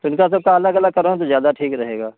तो इनका सबका अलग अलग कराऊँ तो ज्यादा ठीक रहेगा